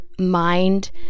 mind